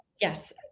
Yes